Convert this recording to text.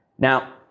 Now